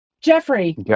Jeffrey